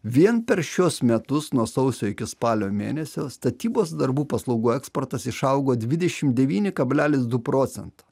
vien per šiuos metus nuo sausio iki spalio mėnesio statybos darbų paslaugų eksportas išaugo dvidešim devyni kablelis du procento